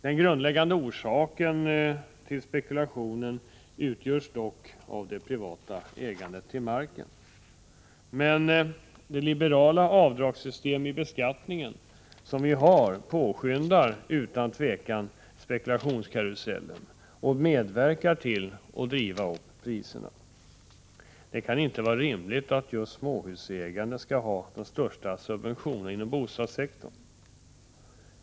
Den grundläggande anledningen till spekulationen utgör dock det privata ägandet av marken. Det liberala avdragssystem som vi har när det gäller beskattning påskyndar utan tvivel spekulationskarusellen och medverkar till att driva upp priserna. Det kan inte vara rimligt att just småhusägandet skall få de största subventionerna inom bostadssektorn.